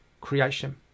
creation